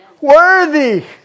Worthy